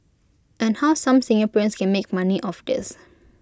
and how some Singaporeans can make money of this